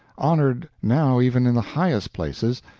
honored now even in the highest places,